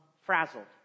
frazzled